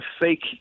fake